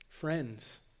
Friends